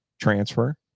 transfer